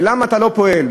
ולמה אתה לא פועל?